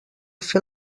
fer